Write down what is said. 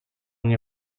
nie